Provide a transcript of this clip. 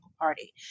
party